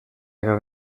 gran